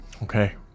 Okay